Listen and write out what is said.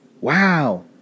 Wow